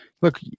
look